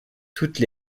toutes